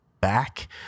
back